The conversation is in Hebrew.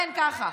כן, ככה.